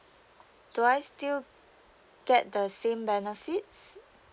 do I still get the same benefits